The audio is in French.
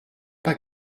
pas